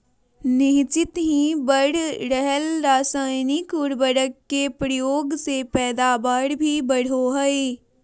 निह्चित ही बढ़ रहल रासायनिक उर्वरक के प्रयोग से पैदावार भी बढ़ो हइ